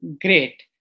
Great